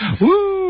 Woo